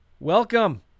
Welcome